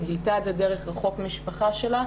היא גילתה את זה דרך קרוב משפחה שלה.